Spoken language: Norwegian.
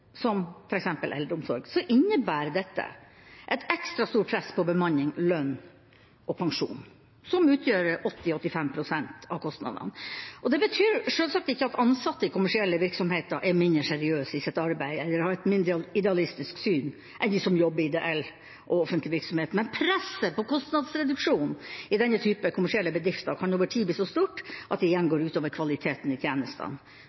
som f.eks. eldreomsorg innebærer dette et ekstra stort press på bemanning, lønn og pensjon, som utgjør 80–85 pst. av kostnadene. Det betyr selvsagt ikke at ansatte i kommersielle virksomheter er mindre seriøse i sitt arbeid eller har et mindre idealistisk syn enn de som jobber i ideell og offentlig virksomhet. Men presset på kostnadsreduksjon i denne typen kommersielle bedrifter kan over tid bli så stort at det igjen går ut over kvaliteten i tjenestene.